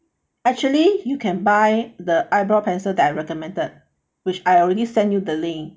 actually you can buy the eyebrow pencil that I recommended which I already send you the link